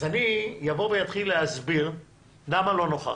אז אני אבוא ואתחיל להסביר למה לא נוכחתי.